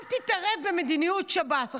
אל תתערב במדיניות השב"ס.